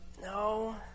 no